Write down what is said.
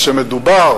אז כשמדובר